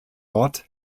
ort